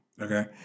Okay